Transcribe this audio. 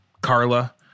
Carla